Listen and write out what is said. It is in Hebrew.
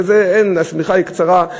השמיכה קצרה,